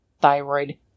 thyroid